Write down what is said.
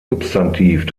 substantiv